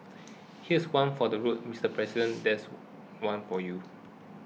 here's one for the road Mister President this one for you